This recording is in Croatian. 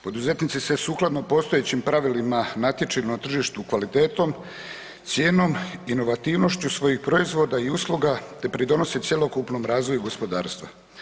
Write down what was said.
Poduzetnici se sukladno postojećim pravilima natječu na tržištu kvalitetom, cijenom, inovativnošću svojih proizvoda i usluga, te pridonose cjelokupnom razvoju gospodarstva.